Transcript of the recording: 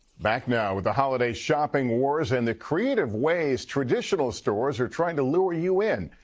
back now with the holiday shopping wars and the creative ways traditional stores are trying to lure you in.